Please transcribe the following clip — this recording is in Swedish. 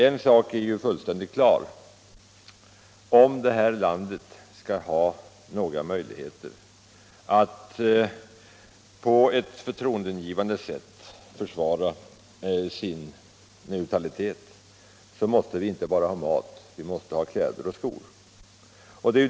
En sak är fullständigt klar: Om vårt land skall ha några möjligheter att på ett förtroendeingivande sätt försvara sin neutralitet måste vi inte bara ha mat — vi måste också ha kläder och skor.